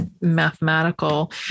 mathematical